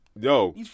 Yo